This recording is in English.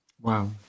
Wow